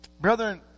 brethren